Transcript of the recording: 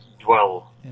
dwell